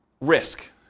risk